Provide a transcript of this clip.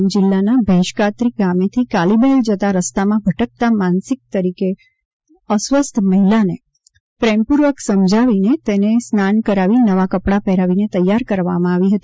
ડાંગ જિલ્લાના ભેંશકાત્રી ગામેથી કાલીબેલ જતા રસ્તામાં ભટકતા માનસિક રીતે અસ્વસ્થ મહિલાને પ્રેમપૂર્વક સમજાવી સ્નાન કરાવી નવા કપડા પહેરાવી તૈયાર કરાયા હતા